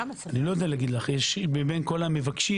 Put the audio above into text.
מבין המקשים